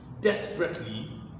desperately